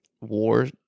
war